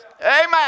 Amen